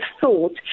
thought